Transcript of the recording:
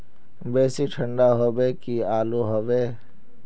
बेसी ठंडा होबे की आलू होबे